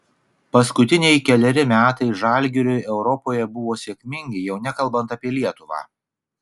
paskutiniai keleri metai žalgiriui europoje buvo sėkmingai jau nekalbant apie lietuvą